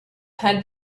had